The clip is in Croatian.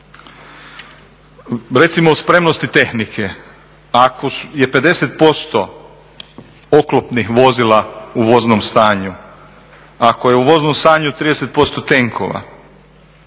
Recimo o spremnosti tehnike, ako je 50% oklopnih vozila u voznom stanju, ako je u voznom stanju 30% tenkova,